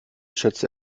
schätzte